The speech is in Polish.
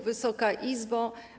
Wysoka Izbo!